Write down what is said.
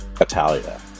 Italia